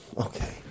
okay